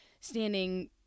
standing